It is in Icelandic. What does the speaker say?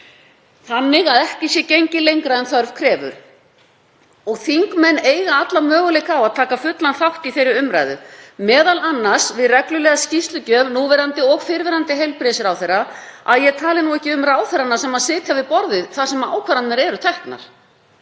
þannig að ekki sé gengið lengra en þörf krefur og þingmenn eiga alla möguleika á að taka fullan þátt í þeirri umræðu, m.a. við reglulega skýrslugjöf núverandi og fyrrverandi heilbrigðisráðherra, að ég tali nú ekki um ráðherrana sem sitja við borðið þar sem ákvarðanir eru teknar.